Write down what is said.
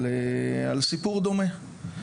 על סיפור דומה.